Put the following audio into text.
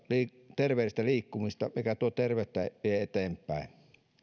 terveellistä liikkumista mikä terveyttä vie eteenpäin